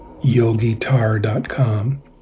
yogitar.com